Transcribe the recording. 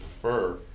prefer